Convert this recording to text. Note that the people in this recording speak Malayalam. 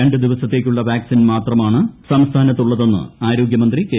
രണ്ട് ദിവസത്തേക്കുള്ള വാക്സിൻ ്മാത്രമാണ് സംസ്ഥാനത്ത് ഉള്ളതെന്ന് ആരോഗൃമന്ത്രി കെ